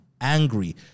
angry